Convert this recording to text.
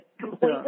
completely